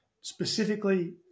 specifically